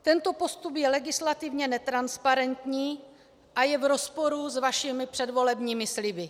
Tento postup je legislativně netransparentní a je v rozporu s vašimi předvolebními sliby.